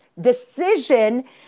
decision